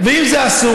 ואם זה אסור,